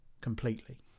Completely